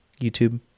YouTube